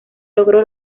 logró